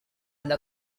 ada